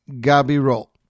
Gabirol